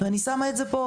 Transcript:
אני שמה את זה פה.